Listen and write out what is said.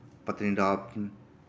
Patnitop